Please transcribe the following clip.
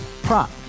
Prop